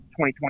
2020